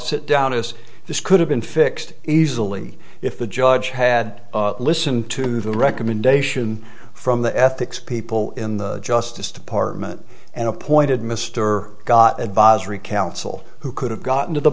sit down is this could have been fixed easily if the judge had listened to the recommendation from the ethics people in the justice department and appointed mr advisory council who could have gotten to the